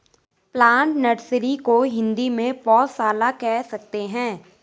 plant nursery को हिंदी में पौधशाला कह सकते हैं